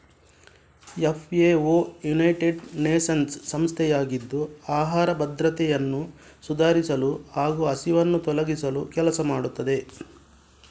FAO United Nations ಸಂಸ್ಥೆಯಾಗಿದ್ದು ಆಹಾರ ಭದ್ರತೆಯನ್ನು ಸುಧಾರಿಸಲು ಹಾಗೂ ಹಸಿವನ್ನು ತೊಲಗಿಸಲು ಕೆಲಸ ಮಾಡುತ್ತದೆ